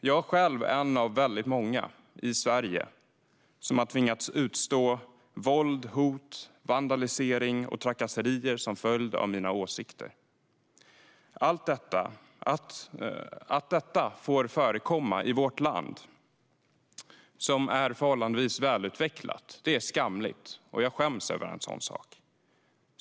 Jag är själv en av väldigt många i Sverige som har tvingats utstå våld, hot, vandalisering och trakasserier till följd av mina åsikter. Att detta får förekomma i vårt land, som är förhållandevis välutvecklat, är skamligt. Jag skäms över en sådan sak.